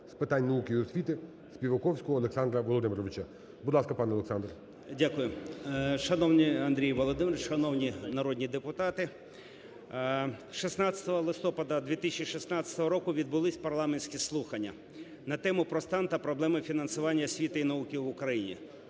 з питань науки і освіти Співаковського Олександра Володимировича. Будь ласка, пане Олександр. 12:43:47 СПІВАКОВСЬКИЙ О.В. Дякую. Шановний Андрій Володимирович, шановні народні депутати! 16 листопада 2016 року відбулись парламентські слухання на тему: "Про стан та проблеми фінансування освіти і науки в Україні".